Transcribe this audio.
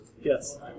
Yes